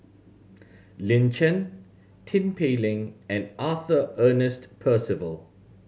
Lin Chen Tin Pei Ling and Arthur Ernest Percival